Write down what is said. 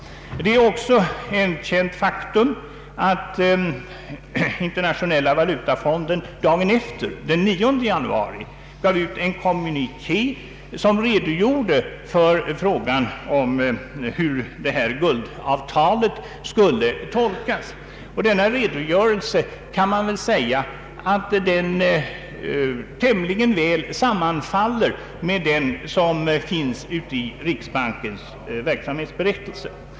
Det är ett välkänt faktum att Internationella valutafonden dagen efter, den 9 januari, gav ut en kommuniké som redogjorde för hur guldavtalet skulle tolkas. Denna redogörelse sammanfaller tämligen väl med den i riksbankens verksamhetsberättelse.